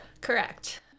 Correct